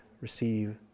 receive